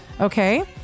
Okay